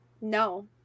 No